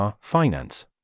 finance